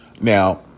Now